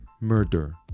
murder